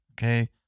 okay